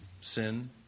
sin